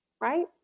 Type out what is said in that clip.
right